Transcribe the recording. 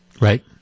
Right